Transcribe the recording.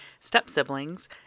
step-siblings